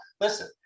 listen